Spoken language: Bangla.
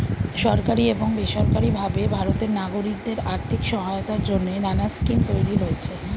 সরকারি এবং বেসরকারি ভাবে ভারতের নাগরিকদের আর্থিক সহায়তার জন্যে নানা স্কিম তৈরি হয়েছে